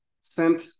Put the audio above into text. sent